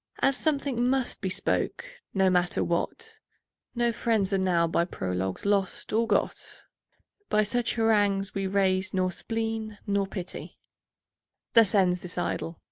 as something must be spoke, no matter what no friends are now by prologues lost or got by such harangues we raise nor spleen, nor pity thus ends this idle,